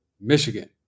Michigan